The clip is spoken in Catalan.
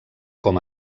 com